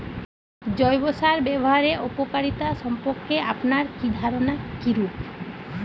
জৈব সার ব্যাবহারের উপকারিতা সম্পর্কে আপনার ধারনা কীরূপ?